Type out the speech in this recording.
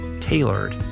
tailored